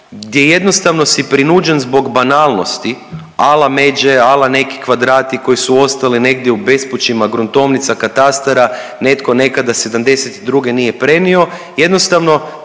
gdje jednostavno si prinuđen zbog banalnosti ala međe, ala neki kvadrati koji su ostali negdje u bespućima gruntovnica, katastara, netko nekada '72. nije prenio, jednostavno